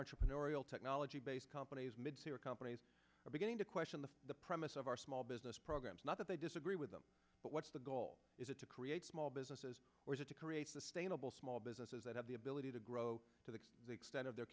entrepreneurial technology based companies mid summer companies are beginning to question the the premise of our small business programs not that they disagree with them but what's the goal is it to create small businesses or is it to create sustainable small businesses that have the ability to grow to the extent of their